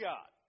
God